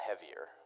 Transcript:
heavier